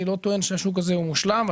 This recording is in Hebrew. אני לא טוען שהשוק הזה מושלם,